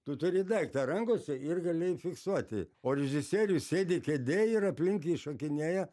tu turi daiktą rankose ir gali fiksuoti o režisierius sėdi kėdėj ir aplink jį šokinėja